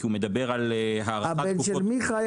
כי הוא מדבר על הארכת תקופות --- הבן של מיכה.